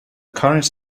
current